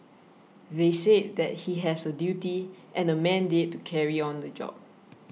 they said that he has a duty and a mandate to carry on in the job